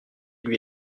lui